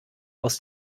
aus